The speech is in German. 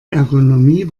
ergonomie